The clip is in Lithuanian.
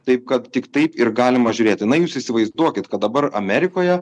taip kad tik taip ir galima žiūrėt na jūs įsivaizduokit kad dabar amerikoje